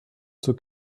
zur